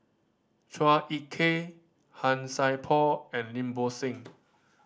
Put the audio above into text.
Chua Ek Kay Han Sai Por and Lim Bo Seng